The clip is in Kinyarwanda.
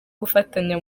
gufatanya